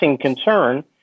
concern